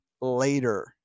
later